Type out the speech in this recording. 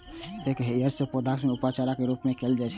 एकर हरियर पौधाक उपयोग चारा के रूप मे कैल जाइ छै